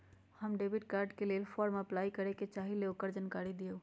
हम debit card के लेल फॉर्म अपलाई करे के चाहीं ल ओकर जानकारी दीउ?